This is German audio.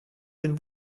den